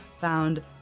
found